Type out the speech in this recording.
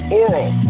oral